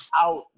out